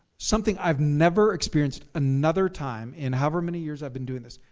something i've never experienced another time in however many years i've been doing this,